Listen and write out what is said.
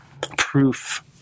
proof